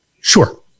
Sure